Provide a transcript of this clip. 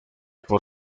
por